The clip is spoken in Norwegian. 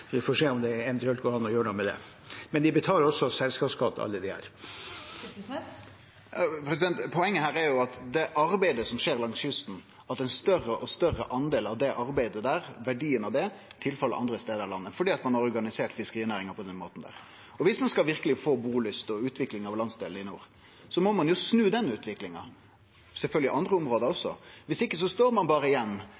Vi får se om det eventuelt går an å gjøre noe med det. Men de betaler også selskapsskatt, alle disse. Torgeir Knag Fylkesnes – til oppfølgingsspørsmål. Poenget her er at ein større og større del av det arbeidet som skjer langs kysten og verdien av det, kjem andre stader av landet til gode, fordi ein har organisert fiskerinæringa på denne måten. Viss ein verkeleg skal få bulyst og utvikling av landsdelen i nord, må ein jo snu den utviklinga – sjølvsagt på andre